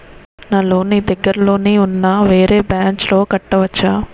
నా లోన్ నీ దగ్గర్లోని ఉన్న వేరే బ్రాంచ్ లో కట్టవచా?